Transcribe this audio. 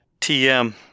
TM